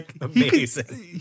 amazing